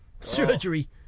Surgery